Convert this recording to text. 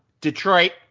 Detroit